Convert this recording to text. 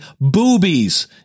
Boobies